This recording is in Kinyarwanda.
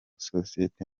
sosiyete